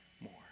more